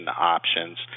options